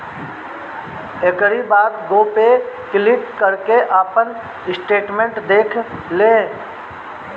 एकरी बाद गो पे क्लिक करके आपन स्टेटमेंट देख लें